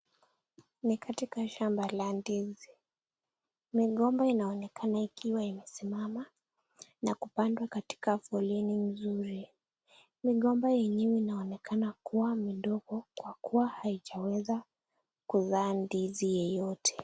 Ni katika shamba la ndizi migomba inaonekana ikiwa imesimama na kupandwa katika foleni mzuri. Migomba yenyewe inaonekana kuwa ni midogo kwa kuwa haijaweza kuzaa ndizi yeyote.